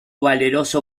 valeroso